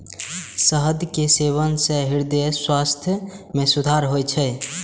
शहद के सेवन सं हृदय स्वास्थ्य मे सुधार होइ छै